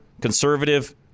conservative